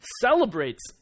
celebrates